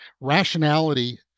rationality